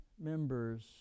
members